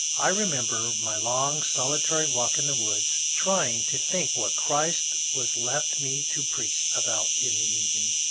i remember my long solitary walk in the woods trying to think what christ was left me to preach about in the evening.